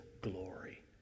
glory